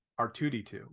r2d2